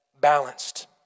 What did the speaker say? balanced